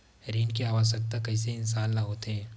ऋण के आवश्कता कइसे इंसान ला होथे?